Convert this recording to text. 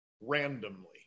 randomly